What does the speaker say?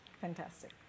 Fantastic